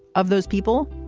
of those people,